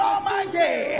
Almighty